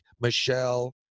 Michelle